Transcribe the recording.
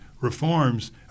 reforms